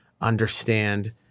understand